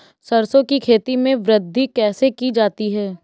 सरसो की खेती में वृद्धि कैसे की जाती है?